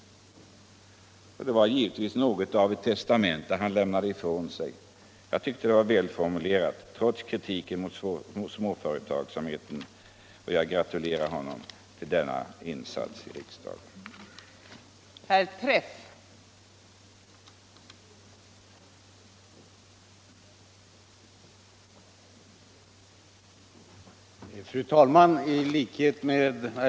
Det var givetvis något av ett testamente som han överlämnade. Jag tycker att det — bortsett från kritiken mot småföretagsamheten — var välformulerat. Jag gratulerar honom till denna insats i riksdagens arbete.